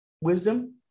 wisdom